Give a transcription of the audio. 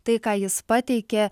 tai ką jis pateikė